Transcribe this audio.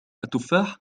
التفاح